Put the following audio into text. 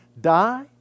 die